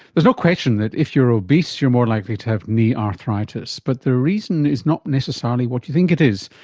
there's no question that if you're obese, you're more likely to have knee arthritis. but the reason is not necessarily what you think it is,